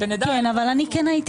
אנחנו נעשה